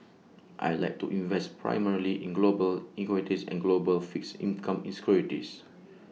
I Like to invest primarily in global equities and global fixed income